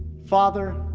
father,